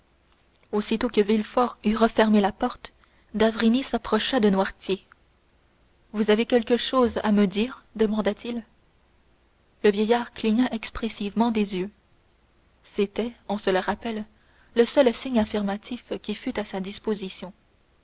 aussitôt que villefort eut refermé la porte d'avrigny s'approcha de noirtier vous avez quelque chose à me dire demanda-t-il le vieillard cligna expressivement des yeux c'était on se le rappelle le seul signe affirmatif qui fût à sa disposition